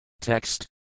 Text